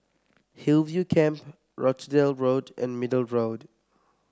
Hillview Camp Rochdale Road and Middle Road